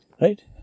Right